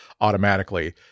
automatically